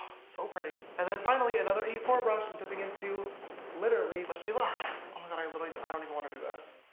so pretty! and then finally another e four brush, and dipping into literally. wish me luck! oh my god i literally i don't even wanna do this.